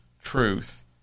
truth